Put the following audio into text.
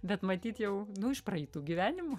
bet matyt jau nu iš praeitų gyvenimų